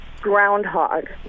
Groundhog